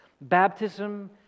baptism